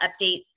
updates